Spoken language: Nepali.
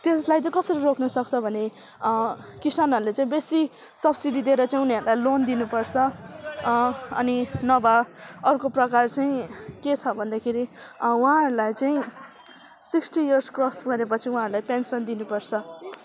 त्यसलाई चाहिँ कसरी रोक्नु सक्छ भने किसानहरले चाहिँ बेसी सब्सिडी दिएर चाहिँ उनीहरूलाई लोन दिनुपर्छ अनि नभए अर्को प्रकार चाहिँ के छ भन्दाखेरि उहाँहरूलाई चाहिँ सिक्स्टी इयर्स क्रस गरेपछि उहाँहरूलाई पेन्सन दिनुपर्छ